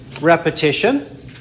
repetition